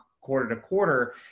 quarter-to-quarter